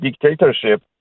dictatorship